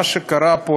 מה שקרה פה,